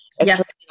Yes